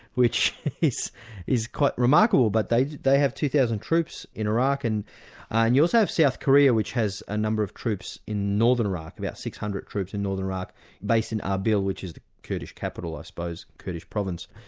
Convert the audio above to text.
which is is quite remarkable, but they they have two thousand troops in iraq and and you also have south korea which has a number of troops in northern iraq, about six hundred troops in northern iraq based in arbil which is the kurdish capital i suppose, kurdish province,